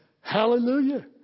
Hallelujah